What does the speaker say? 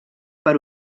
per